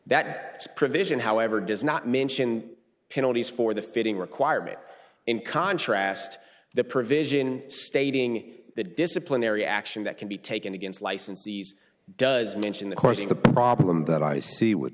that provision however does not mention penalties for the fitting requirement in contrast the provision stating that disciplinary action that can be taken against licensees does mention the course of the problem that i see with